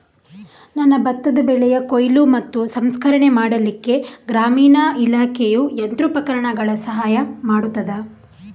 ನನ್ನ ಭತ್ತದ ಬೆಳೆಯ ಕೊಯ್ಲು ಮತ್ತು ಸಂಸ್ಕರಣೆ ಮಾಡಲಿಕ್ಕೆ ಗ್ರಾಮೀಣ ಇಲಾಖೆಯು ಯಂತ್ರೋಪಕರಣಗಳ ಸಹಾಯ ಮಾಡುತ್ತದಾ?